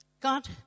God